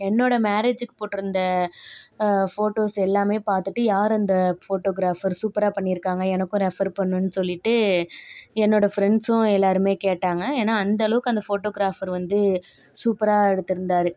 என்னோட மேரேஜிக்கு போட்டிருந்த ஃபோட்டோஸ் எல்லாமே பார்த்துட்டு யார் அந்த ஃபோட்டோகிராஃபர் சூப்பராக பண்ணியிருக்காங்க எனக்கும் ரெஃப்பர் பண்ணுன்னு சொல்லிகிட்டு என்னோட ஃப்ரெண்ட்ஸ்ஸும் எல்லாேருமே கேட்டாங்க ஏன்னால் அந்தளவுக்கு அந்த ஃபோட்டோகிராஃபர் வந்து சூப்பராக எடுத்திருந்தாரு